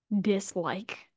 dislike